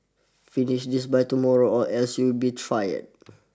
finish this by tomorrow or else you'll be fired